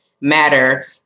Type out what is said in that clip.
matter